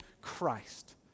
Christ